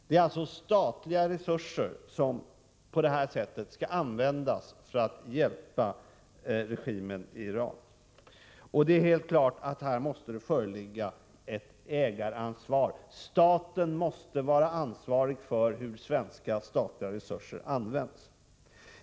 Det är alltså statliga resurser som på detta sätt skall användas för att hjälpa regimen i Iran. Det är helt klart att det måste föreligga ett ägaransvar för staten när det gäller hur svenska statliga resurser används.